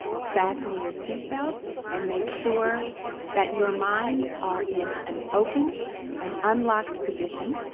fasten your seatbelts, and make sure that your minds are in an open and unlocked position